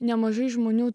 nemažai žmonių